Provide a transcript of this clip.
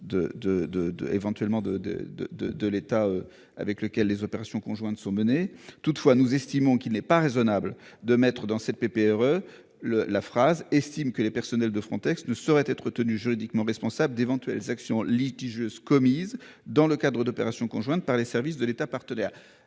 de de de de de l'État avec lequel les opérations conjointes sont menées. Toutefois, nous estimons qu'il n'est pas raisonnable de mettre dans cette pépère le la phrase estime que les personnels de Frontex ne saurait être tenue juridiquement responsable d'éventuelles actions litigieuses commises dans le cadre d'opérations conjointes par les services de l'État partenaire.